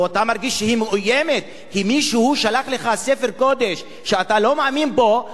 או אתה מרגיש שהיא מאוימת כי מישהו שלח לך ספר קודש שאתה לא מאמין בו,